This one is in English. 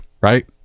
right